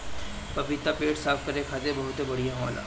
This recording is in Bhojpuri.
पपीता पेट साफ़ करे खातिर बहुते बढ़िया होला